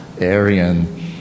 Aryan